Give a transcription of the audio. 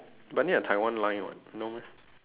but need a taiwan line [what] no meh